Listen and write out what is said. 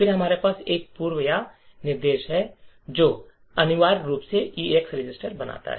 फिर हमारे पास एक पूर्व या निर्देश है जो अनिवार्य रूप से ईएएक्स रजिस्टरज़ीर बनाता है